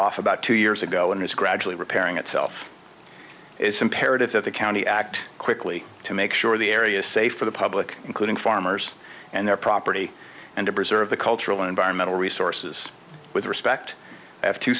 off about two years ago and has gradually repairing itself is imperative that the county act quickly to make sure the area safe for the public including farmers and their property and to preserve the cultural and environmental resources with respect